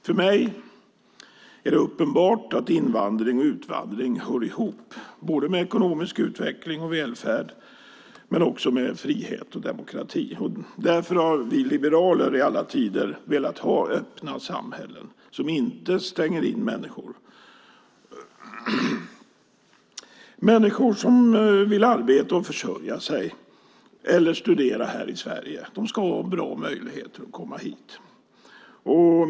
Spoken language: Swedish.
För mig är det uppenbart att invandring och utvandring hör ihop både med ekonomisk utveckling och välfärd och med frihet och demokrati. Därför har vi liberaler i alla tider velat ha öppna samhällen som inte stänger in människor. Människor som vill arbeta och försörja sig eller studera här i Sverige ska ha bra möjligheter att komma hit.